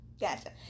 Gotcha